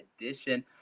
edition